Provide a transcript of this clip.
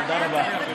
תודה רבה.